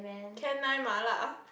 Can Nine MaLa